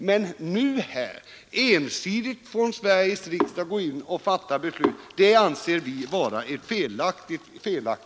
Men att Sveriges riksdag nu ensidigt skulle fatta beslut anser vi vara felaktigt.